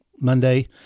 Monday